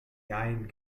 jein